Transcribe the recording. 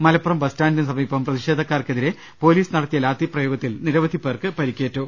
മലപ്പുറം ബസ്സ്റ്റാന്റിന് സമീപം പ്രതിഷേധക്കാർക്കെതിരെ പൊലീസ് നടത്തിയ ലാത്തി പ്രയോഗത്തിൽ നിരവധി പേർക്ക് പരിക്കേറ്റു